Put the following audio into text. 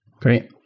great